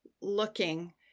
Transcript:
looking